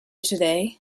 today